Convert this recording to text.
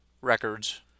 records